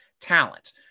talent